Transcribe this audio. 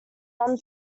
none